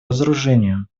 разоружению